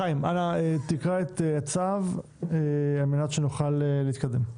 חיים, אנא תקרא את הצו על מנת שנוכל להתקדם.